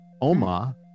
OMA